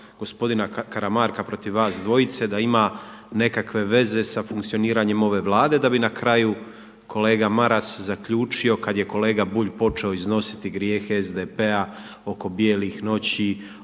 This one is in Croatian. gospodina Karamarka protiv vas dvojice da ima nekakve veze sa funkcioniranjem ove Vlade da bi na kraju kolega Maras zaključio kad je kolega Bulj počeo iznositi grijehe SDP-a oko bijelih noći,